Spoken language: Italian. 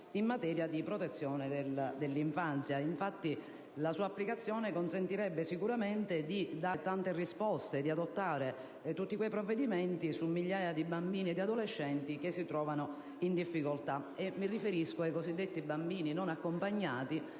in materia di protezione dell'infanzia. Infatti, la sua applicazione consentirebbe sicuramente di dare tante risposte e di adottare tutti quei provvedimenti su migliaia di bambini e di adolescenti che si trovano in difficoltà. Mi riferisco ai cosiddetti bambini non accompagnati